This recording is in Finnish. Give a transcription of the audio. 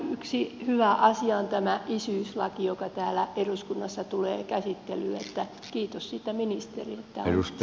yksi hyvä asia on tämä isyyslaki joka täällä eduskunnassa tulee käsittelyyn että kiitos siitä ministerille